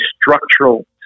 structural